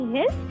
Yes